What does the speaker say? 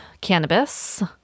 cannabis